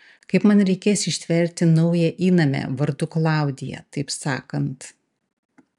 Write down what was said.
kaip man reikės ištverti naują įnamę vardu klaudija taip sakant